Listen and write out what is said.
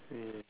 mm